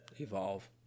evolve